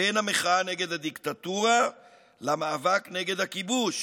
בין המחאה נגד הדיקטטורה למאבק נגד הכיבוש